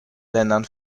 ländern